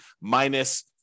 minus